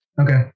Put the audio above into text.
Okay